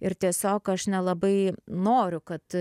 ir tiesiog aš nelabai noriu kad